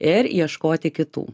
ir ieškoti kitų